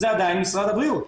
זה משרד הבריאות.